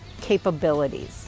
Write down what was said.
capabilities